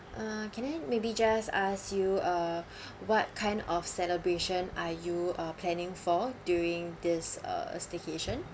uh can I maybe just ask you uh what kind of celebration are you uh planning for during this uh staycation